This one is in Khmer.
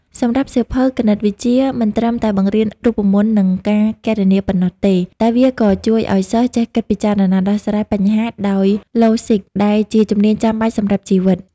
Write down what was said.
សម្រាប់សៀវភៅ គណិតវិទ្យា មិនត្រឹមតែបង្រៀនរូបមន្តនិងការគណនាប៉ុណ្ណោះទេ តែវាក៏ជួយឱ្យសិស្សចេះគិតពិចារណាដោះស្រាយបញ្ហាដោយឡូស៊ីក ដែលជាជំនាញចាំបាច់សម្រាប់ជីវិត។